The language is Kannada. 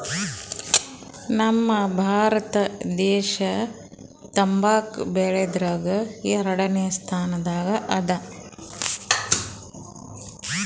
ನಮ್ ಭಾರತ ದೇಶ್ ತಂಬಾಕ್ ಬೆಳ್ಯಾದ್ರಗ್ ಎರಡನೇ ಸ್ತಾನದಾಗ್ ಅದಾ